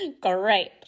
Great